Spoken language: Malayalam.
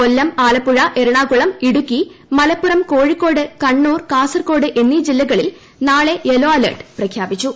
കൊല്ലം ആലപ്പുഴ എറണാകുളം ഇടുക്കി മലപ്പുറം കോഴിക്കോട് കണ്ണൂർ കാസർകോട് എന്നീ ജില്ലകളിൽ നാളെ യെല്ലോ അലർട്ട് പ്രഖ്യാപിച്ചു